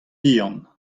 bihan